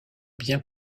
bien